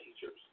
teachers